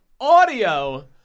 audio